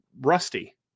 rusty